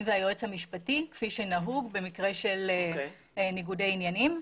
אם זה היועץ המשפטי כפי שנהוג במקרה של ניגודי עניינים.